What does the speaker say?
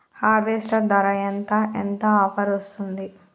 Harvester ధర ఎంత ఎంత ఆఫర్ వస్తుంది?